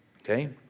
Okay